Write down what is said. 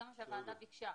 זה מה שהוועדה ביקשה.